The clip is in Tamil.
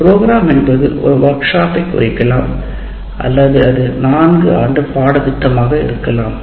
நிகழ்ச்சிகள் இது ஒரு பட்டறையாக இருக்கலாம் அல்லது இது 4 ஆண்டு திட்டமாக இருக்கலாம்